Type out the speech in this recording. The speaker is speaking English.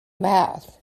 mouth